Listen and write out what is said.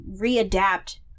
readapt